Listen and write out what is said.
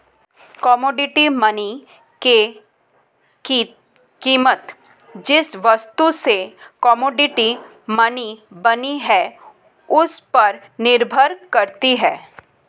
commodity money की कीमत जिस धातु से कोमोडिटी मनी बनी है उस पर निर्भर करती है